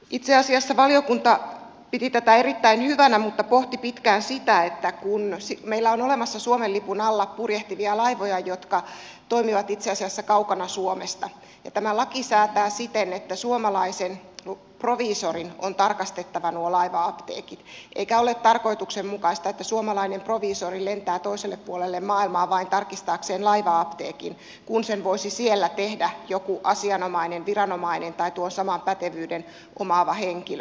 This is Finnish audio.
itse asiassa valiokunta piti tätä erittäin hyvänä mutta pohti pitkään sitä että meillä on olemassa suomen lipun alla purjehtivia laivoja jotka toimivat itse asiassa kaukana suomesta ja tämä laki säätää siten että suomalaisen proviisorin on tarkastettava nuo laiva apteekit eikä ole tarkoituksenmukaista että suomalainen proviisori lentää toiselle puolelle maailmaa vain tarkistaakseen laiva apteekin kun sen voisi siellä tehdä joku asianomainen viranomainen tai saman pätevyyden omaava henkilö